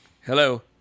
Hello